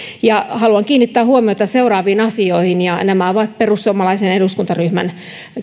haluan kiinnittää huomiota seuraaviin asioihin ja nämä ovat perussuomalaisen eduskuntaryhmän